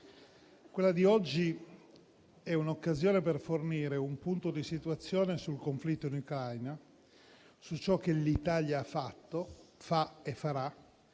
quella di oggi è un'occasione per fornire un punto di situazione sul conflitto in Ucraina, su ciò che l'Italia ha fatto, fa e farà